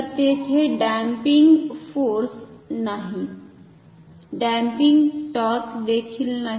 तर तेथे damping force नाही डॅम्पिंग टॉर्क देखिल नाही